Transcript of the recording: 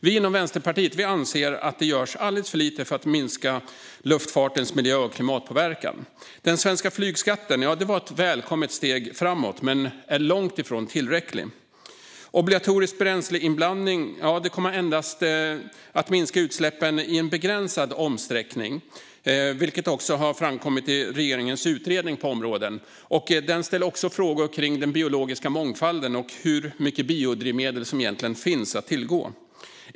Vi inom Vänsterpartiet anser att alldeles för lite görs för att minska luftfartens miljö och klimatpåverkan. Den svenska flygskatten var ett välkommet steg framåt, men det är långt ifrån tillräckligt. Obligatorisk biobränsleinblandning kommer att minska utsläppen endast i begränsad utsträckning, vilket också framkommit i regeringens utredning på området - som också ställer frågor om den biologiska mångfalden och hur mycket biodrivmedel som egentligen finns att tillgå.